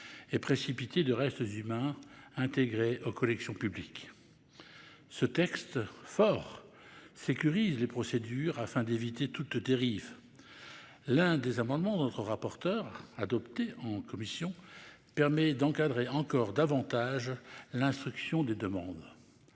et précipitée de restes humains intégrés aux collections publiques ; ce texte fort sécurise les procédures afin d'éviter toute dérive. L'un des amendements de notre rapporteure, adopté en commission, tend à encadrer encore davantage l'instruction des demandes.